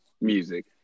music